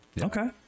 Okay